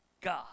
God